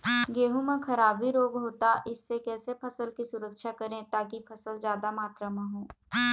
गेहूं म खराबी रोग होता इससे कैसे फसल की सुरक्षा करें ताकि फसल जादा मात्रा म हो?